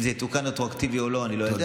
אם זה יתוקן רטרואקטיבית או לא, אני לא יודע.